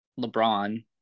LeBron